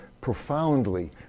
profoundly